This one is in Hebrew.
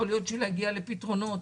יכול להיות שנגיע לפתרונות.